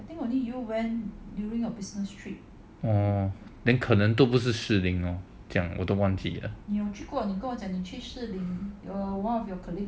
or then 可能都不是士林 loh 讲我忘记了